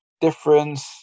difference